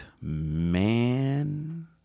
Man